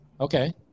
Okay